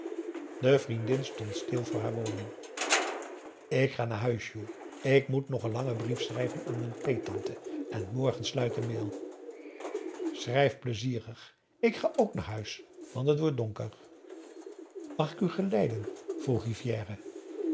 de vriendin stond stil voor haar woning ik ga naar huis juul k moet nog een langen brief schrijven aan mijn peettante en morgen sluit de mail schrijf pleizierig ik ga ook naar huis want t wordt donker mag ik u geleiden vroeg rivière